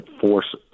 force